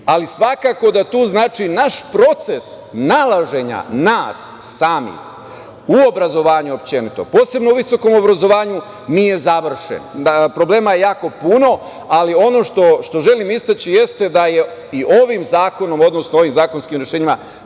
Ali svakako da to znači naš proces nalaženja nas samih u obrazovanju uopšteno, posebno u visokom obrazovanju, nije završen. Problema je jako puno, ali ono što želim istaći jeste da je i ovim zakonskim rešenjima